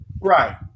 Right